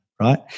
Right